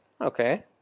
Okay